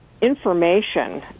information